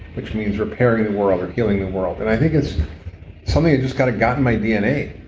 which means repairing the world or healing the world. and i think it's something that just kind of got in my dna.